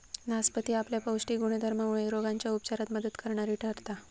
नासपती आपल्या पौष्टिक गुणधर्मामुळे रोगांच्या उपचारात मदत करणारी ठरता